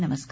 नमस्कार